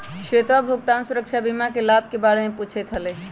श्वेतवा भुगतान सुरक्षा बीमा के लाभ के बारे में पूछते हलय